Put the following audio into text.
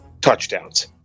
touchdowns